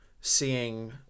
seeing